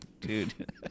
Dude